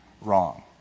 wrong